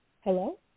Hello